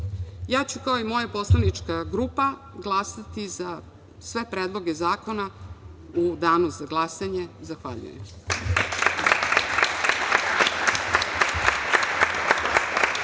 reda? Kao i moja poslanička grupa, ja ću glasati za sve predloge zakona u danu za glasanje. Zahvaljujem.